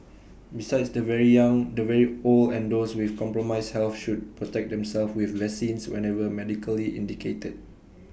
besides the very young the very old and those with compromised health should protect themselves with vaccines whenever medically indicated